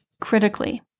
critically